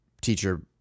teacher